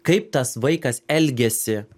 kaip tas vaikas elgiasi